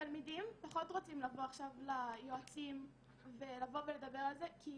תלמידים שרוצים לבוא עכשיו ליועצים לדבר על זה כי